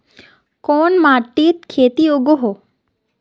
कोन माटित खेती उगोहो?